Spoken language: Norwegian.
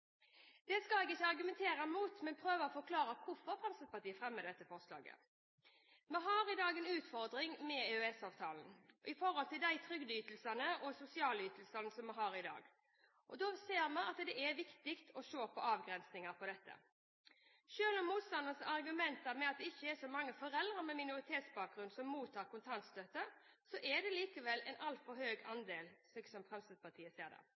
Det skal jeg ikke argumentere mot, men prøve å forklare hvorfor Fremskrittspartiet fremmer dette forslaget. Vi har i dag en utfordring med EØS-avtalen sett i forhold til de trygdeytelsene og sosialytelsene vi har i dag. Da ser vi at det er viktig å se på avgrensinger av dette. Selv om motstanderne argumenterer med at det ikke er så mange foreldre med minoritetsbakgrunn som mottar kontantstøtte, er det likevel en altfor høy andel, slik Fremskrittspartiet ser det. Mange av de foreldrene som